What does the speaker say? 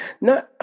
No